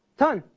tan.